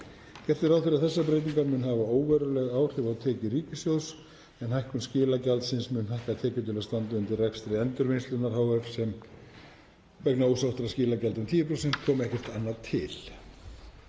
Gert er ráð fyrir að þessar breytingar muni hafa óveruleg áhrif á tekjur ríkissjóðs en hækkun skilagjaldsins muni hækka tekjur til að standa undir rekstri Endurvinnslunnar hf. vegna ósóttra skilagjalda um 10%, komi ekkert annað til.